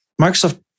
Microsoft